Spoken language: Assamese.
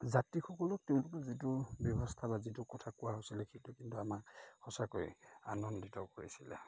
যাত্ৰীসকলক তেওঁলোকে যিটো ব্যৱস্থা বা যিটো কথা কোৱা হৈছিলে সেইটোৱে কিন্তু আমাক সঁচাকৈ আনন্দিত কৰিছিলে